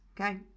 okay